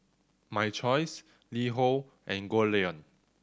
My Choice LiHo and Goldlion